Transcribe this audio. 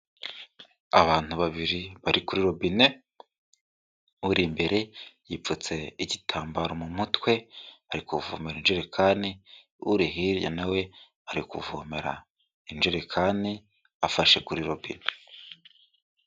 Abantu babiri bari kuri robine, uri imbere yipfutse igitambaro mu mutwe ari kuvomera injerekani, uri hirya nawe ari kuvomera injerekani afashe kuri robine.